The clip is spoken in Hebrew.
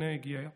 הינה, הוא הגיע.